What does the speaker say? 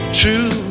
true